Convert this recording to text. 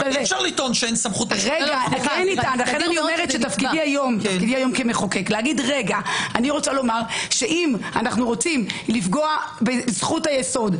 תפקידי היום כמחוקק לומר: אם אנו רוצים לפגוע בזכות היסוד,